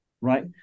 right